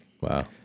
Wow